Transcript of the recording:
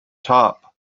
top